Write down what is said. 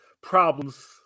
problems